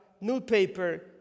newspaper